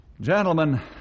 Gentlemen